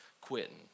quitting